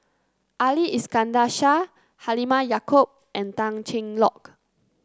Ali Iskandar Shah Halimah Yacob and Tan Cheng Lock